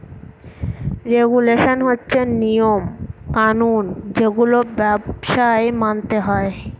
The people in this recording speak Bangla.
রেগুলেশন হচ্ছে নিয়ম কানুন যেগুলো ব্যবসায় মানতে হয়